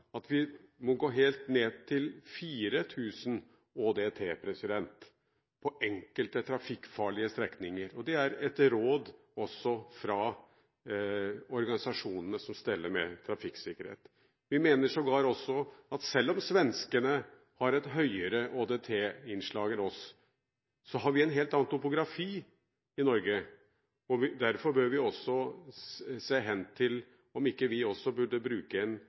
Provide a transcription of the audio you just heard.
at vi må gå helt ned til 4 000 ÅDT på enkelte trafikkfarlige strekninger, og det er også etter råd fra organisasjonene som steller med trafikksikkerhet. Vi mener sågar at selv om svenskene har et høyere ÅDT-innslag enn oss, har vi en helt annen topografi i Norge. Derfor bør vi også se hen til om ikke vi også burde bruke et lavere firefeltsinnslag, faktisk ned på 8 000 ÅDT, men da bygge en